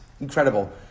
Incredible